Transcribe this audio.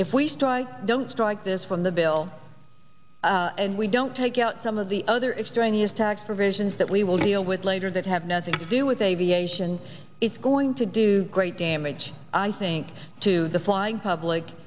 if we strike don't strike this from the bill and we don't take out some of the other extraneous tax provisions that we will deal with later that have nothing to do with aviation it's going to do great damage i think to the flying public